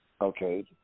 Okay